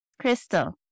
Crystal